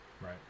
Right